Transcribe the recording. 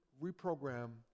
reprogram